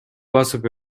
басып